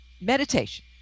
Meditation